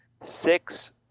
Six